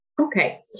Okay